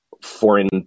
foreign